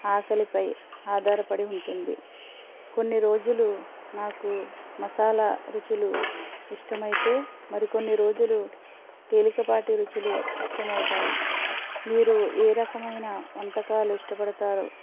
ఆకలిపై ఆధారపడి ఉంటుంది కొన్ని రోజులు నాకు మసాలా రుచులు ఇష్టమయితే మరి కొన్ని రోజులు తేలిక పాటి రుచులు ఇష్టమవుతాయి మీరు ఏ రకమైన వంటకాలు ఇష్టపడుతారో